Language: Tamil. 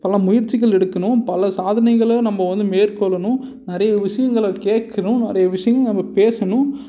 பல முயற்சிகள் எடுக்கணும் பல சாதனைகளை நம்ம வந்து மேற்கொள்ளணும் நிறைய விஷியங்களை கேட்குறோம் நிறைய விஷியங்களை நம்ம பேசணும்